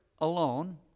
alone